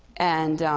and